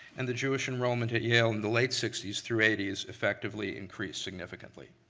and the jewish enrollment at yale in the late sixty s through eighty s effectively increased significantly.